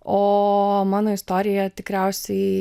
o mano istorija tikriausiai